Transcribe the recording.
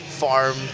farm